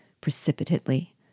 precipitately